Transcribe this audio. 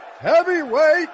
heavyweight